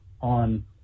on